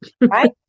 right